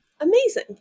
amazing